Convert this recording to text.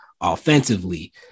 offensively